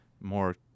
more